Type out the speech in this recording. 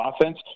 offense